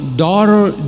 daughter